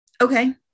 Okay